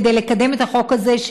כדי לקדם את החוק הזה,